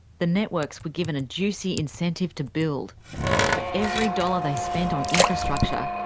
the networks were given a juicy incentive to build for every dollar they spent on infrastructure,